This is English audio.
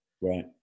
Right